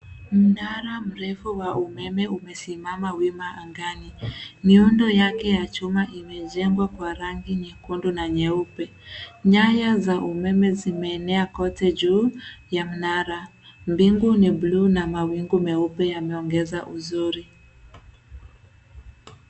Mnara mrefu wa umeme umesimama wima angani, miundo yake ya chuma imejengwa kwa nyekundu na nyeupe. Nyaya za umeme zimeenea kote juu ya mnara. Mbingu ni bluu na mawingu meupe yameongeza uzuri.